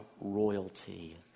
royalty